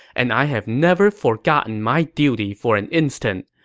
and i have never forgotten my duty for an instant.